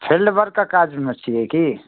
field वर्कके काजमे छियै की